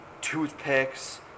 toothpicks